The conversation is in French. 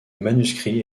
manuscrit